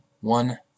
One